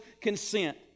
consent